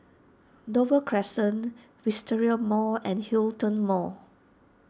Dover Crescent Wisteria Mall and Hiltion Mall